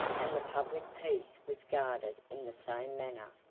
and the public peace was guarded in the same manner,